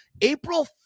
April